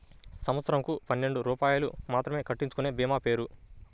సంవత్సరంకు పన్నెండు రూపాయలు మాత్రమే కట్టించుకొనే భీమా పేరు?